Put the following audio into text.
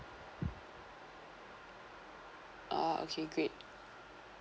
orh okay great